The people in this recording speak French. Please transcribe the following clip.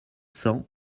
cents